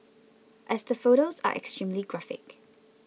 as the photos are extremely graphic